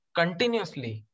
continuously